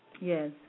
Yes